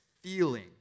feeling